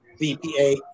BPA